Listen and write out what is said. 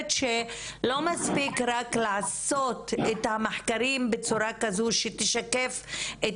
שלא מספיק רק לעשות את המחקרים בצורה כזו שתשקף את